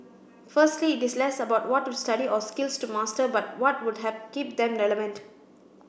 firstly it is less about what to study or skills to master but what would have keep them relevant